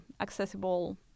accessible